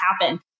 happen